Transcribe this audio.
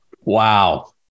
Wow